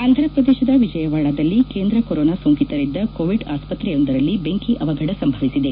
ಆಂಧ್ರಪ್ರದೇಶದ ವಿಜಯವಾಡಾದಲ್ಲಿ ಕೇಂದ್ರ ಕೊರೊನಾ ಸೊಂಕಿತರಿದ್ದ ಕೋವಿಡ್ ಆಸ್ಪತ್ರೆಯೊಂದರಲ್ಲಿ ಬೆಂಕಿ ಅವಘಡ ಸಂಭವಿಸಿದೆ